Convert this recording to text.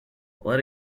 let